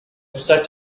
such